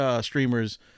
streamers